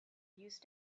used